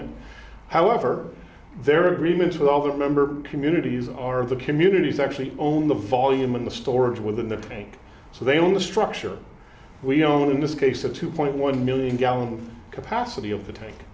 it however there are agreements with other member communities are the communities actually own the volume and the storage within the paint so they own the structure we own in this case the two point one million gallons capacity of the tank